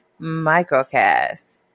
MicroCast